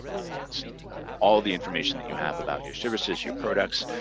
it's all the information that you have about your services, your products,